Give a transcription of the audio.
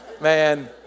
man